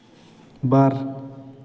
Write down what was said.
ᱵᱟᱨ